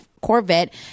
Corvette